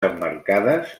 emmarcades